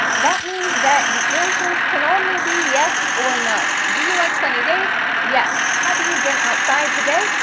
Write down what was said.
that means that the answers can only be yes or no. do you like sunny days? yes. have you been outside today?